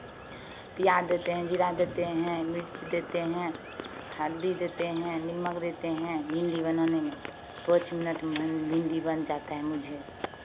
प्याज देते हैं जीरा देते हैं मिर्च देते हैं हल्दी देते हैं नमक देते हैं भिंडी बनाने में पाँच मिनट में भिंडी बन जाता है मुझे